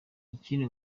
ikindi